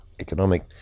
economic